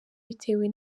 bitewe